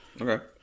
Okay